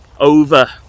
over